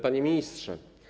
Panie Ministrze!